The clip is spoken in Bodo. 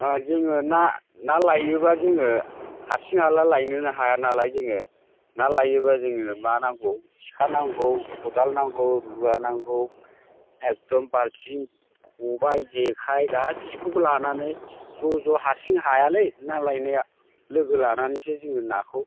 जोङो ना ना लायोब्ला जोङो हारसिं हाला लायनो हाया नालाय जोङो ना लायोब्ला जोङो मा नांगौ सिखा नांगौ खदाल नांगौ रुवा नांगौ एखदम बाल्थिं खबाय जेखाय गासिखौबो लानानै ज' ज' हारसिं हायालै ना लायनाया लोगो लानानैसो जोङो नाखौ